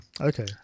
Okay